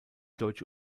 deutsche